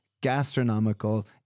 gastronomical